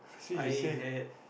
I had